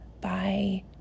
Bye